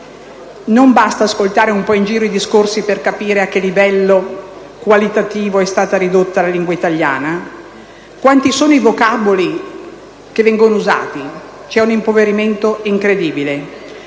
Non basta ascoltare un po' in giro i discorsi per capire a che livello qualitativo è stata ridotta la lingua italiana. Quanti sono i vocaboli che vengono usati? C'è un impoverimento incredibile.